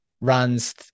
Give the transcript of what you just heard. runs